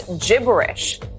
gibberish